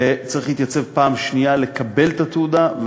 וצריך להתייצב פעם שנייה כדי לקבל את התעודה.